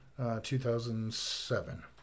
2007